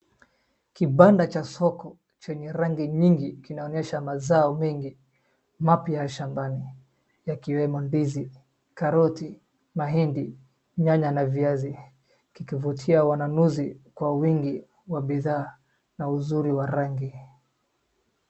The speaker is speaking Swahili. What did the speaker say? Kibanda cha soko chenye rangi nyingi kinaonyesha mazao mengi mapya ya shambani, yakiwemo ndizi, karoti, mahindi, nyanya na viazi, kikivutia wananuzi kwa wingi wa bidhaa na uzuri wa rangi.